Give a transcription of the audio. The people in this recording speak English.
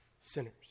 sinners